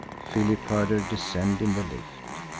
philip heard her descend in the lift.